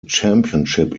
championship